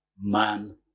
man